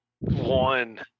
One